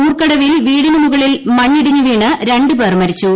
ഉൾക്കടവിൽ വീടിന് മുകളിൽ മണ്ണിടിഞ്ഞ് വീണ് രണ്ട് പേർ മരിച്ചു